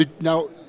now